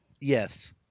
Yes